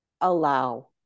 allow